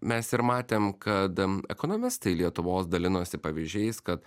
mes ir matėm kad m ekonomistai lietuvos dalinosi pavyzdžiais kad